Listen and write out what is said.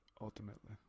ultimately